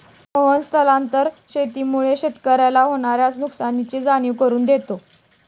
मोहन स्थानांतरण शेतीमुळे शेतकऱ्याला होणार्या नुकसानीची जाणीव करून देतो